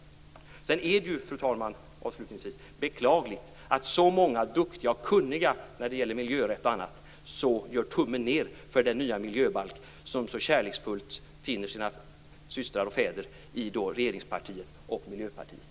Fru talman! Det är beklagligt att så många människor som är duktiga och kunniga i miljörätt och annat gör tummen ned för den nya miljöbalk som så kärleksfullt finner sina systrar och fäder i regeringspartiet och Miljöpartiet.